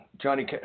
Johnny